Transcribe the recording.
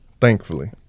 Thankfully